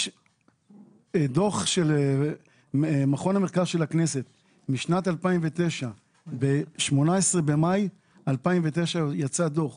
יש דו"ח של מכון המחקר של הכנסת משנת 2009 ב-18 במאי 2009 יצא הדו"ח